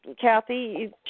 Kathy